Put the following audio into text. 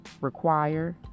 require